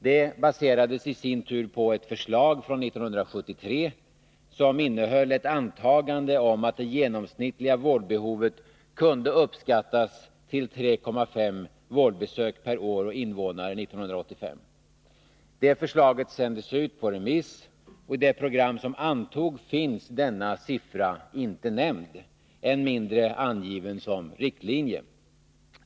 Det baserades i sin tur på ett förslag från 1973, som innehöll ett antagande om att det genomsnittliga vårdbehovet kunde uppskattas till 3,5 vårdbesök per år och invånare 1985. Det förslaget sändes på remiss, och i det program som antogs finns inte denna siffra nämnd — än mindre angiven som riktlinje.